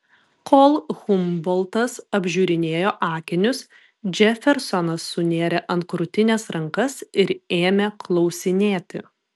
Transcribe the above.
kol humboltas apžiūrinėjo akinius džefersonas sunėrė ant krūtinės rankas ir ėmė klausinėti